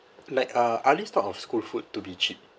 like uh I always thought of school food to be cheap